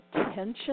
attention